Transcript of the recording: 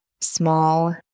small